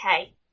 okay